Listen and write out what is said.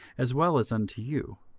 as well as unto you,